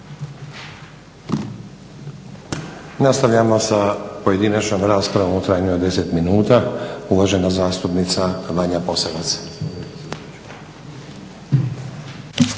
Nastavljamo sa pojedinačnom raspravom u trajanju od 10 minuta. Uvažena zastupnica Vanja Posavec.